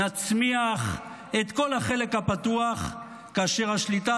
נצמיח את כל החלק הפתוח כאשר השליטה